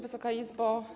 Wysoka Izbo!